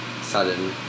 Sudden